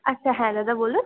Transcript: আচ্ছা হ্যাঁ দাদা বলুন